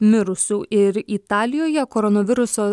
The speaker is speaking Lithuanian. mirusių ir italijoje koronaviruso